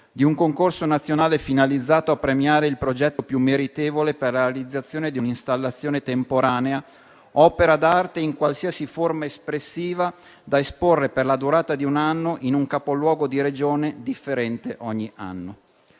di un concorso nazionale finalizzato a premiare il progetto più meritevole per la realizzazione di un'installazione temporanea, opera d'arte in qualsiasi forma espressiva, da esporre per la durata di un anno in un capoluogo di Regione differente ogni anno.